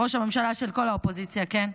ראש הממשלה של כל האופוזיציה, כן?